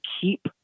keep